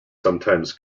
sometimes